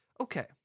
Okay